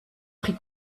pris